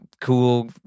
cool